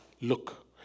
look